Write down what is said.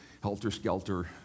helter-skelter